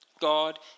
God